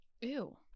Ew